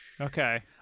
Okay